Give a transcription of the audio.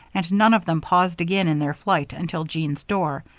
and none of them paused again in their flight until jean's door,